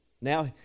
Now